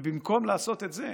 ובמקום לעשות את זה,